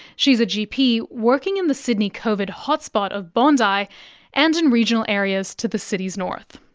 she's a gp working in the sydney covid hotspot of bondi, and in regional areas to the city's north.